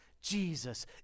Jesus